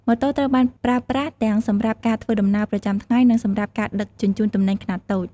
ម៉ូតូត្រូវបានប្រើប្រាស់ទាំងសម្រាប់ការធ្វើដំណើរប្រចាំថ្ងៃនិងសម្រាប់ការដឹកជញ្ជូនទំនិញខ្នាតតូច។